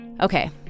okay